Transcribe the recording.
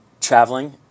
traveling